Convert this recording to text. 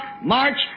March